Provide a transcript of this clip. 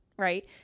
right